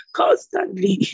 constantly